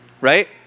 right